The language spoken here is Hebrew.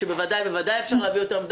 שבוודאי ובוודאי אפשר להביא אותם,